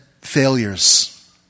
failures